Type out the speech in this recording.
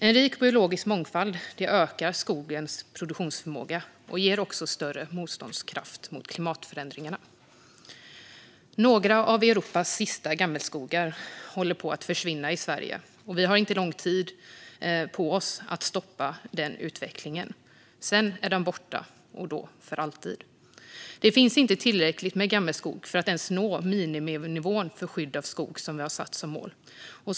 En rik biologisk mångfald ökar skogens produktionsförmåga och ger också större motståndskraft mot klimatförändringarna. Några av Europas sista gammelskogar håller på att försvinna i Sverige, och vi har inte lång tid på oss att stoppa den utvecklingen. Sedan är den borta, och då för alltid. Det finns inte tillräckligt med gammelskog för att ens nå den miniminivå för skydd av skog som vi har satt som mål.